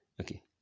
okay